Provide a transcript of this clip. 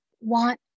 want